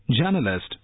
Journalist